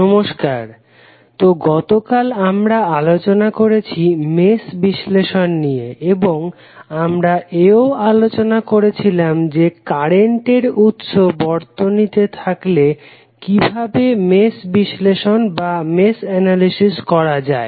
নমস্কার তো গতকাল আমরা আলোচনা করেছি মেশ বিশ্লেষণ নিয়ে এবং আমরা এও আলোচনা করেছিলাম যে কারেন্টের উৎস বর্তনীতে থাকলে কিভাবে মেশ বিশ্লেষণ করা যায়